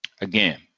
Again